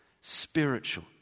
spiritual